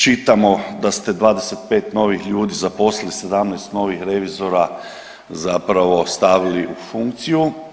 Čitamo da ste 25 novih ljudi zaposlili, 17 novih revizora zapravo stavili u funkciju.